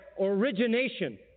origination